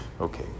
okay